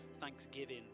thanksgiving